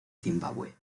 zimbabue